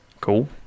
cool